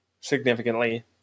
significantly